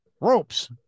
ropes